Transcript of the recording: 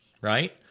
right